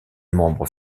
membres